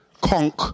conk